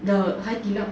the 海底捞